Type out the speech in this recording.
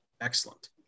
Excellent